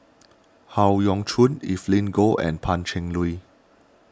Howe Yoon Chong Evelyn Goh and Pan Cheng Lui